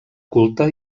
culta